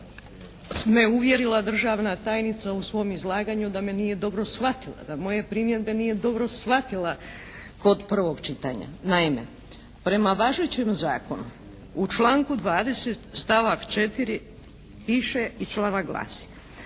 me uvjerila državna tajnica u svom izlaganju da me nije dobro shvatila, da moje primjedbe nije dobro shvatila kod prvog čitanja. Naime, prema važećem zakonu u članku 20. stavak 4. piše i članak glasi: